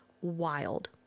wild